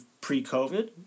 pre-COVID